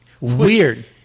Weird